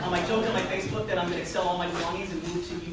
i joked on my facebook that i'm going to sell all my belongings and